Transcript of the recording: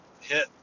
hit